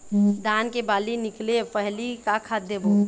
धान के बाली निकले पहली का खाद देबो?